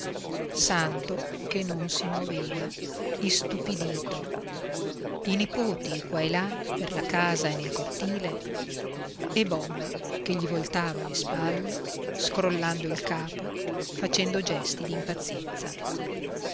santo che non si muoveva istupidito i nipoti qua e là per la casa e nel cortile e bomma che gli voltava le spalle scrollando il capo facendo gesti d'impazienza